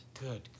Good